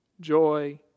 joy